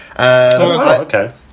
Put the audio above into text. Okay